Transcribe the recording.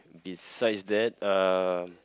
besides that uh